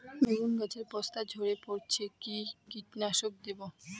বেগুন গাছের পস্তা ঝরে পড়ছে কি কীটনাশক দেব?